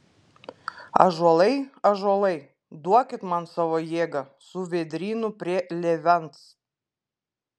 ąžuolai ąžuolai duokit man savo jėgą su vėdrynu prie lėvens